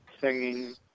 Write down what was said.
singing